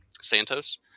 Santos